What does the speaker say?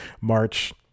March